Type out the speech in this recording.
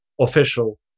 official